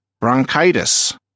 bronchitis